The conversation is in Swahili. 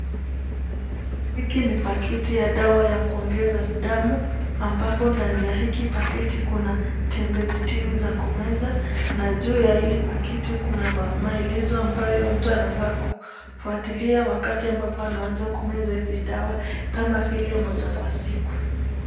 Hiki ni paketi ya dawa ya kuongeza damu ambapo ndani ya hiki paketi kuna tembe sitini za kumeza na juu ya hizi pekiti kuna maelezo ambayo mtu anafaa kifuatilia wakati ambapo anaanza kumeza izi dawa kama vile moja kwa siku.